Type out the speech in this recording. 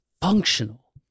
functional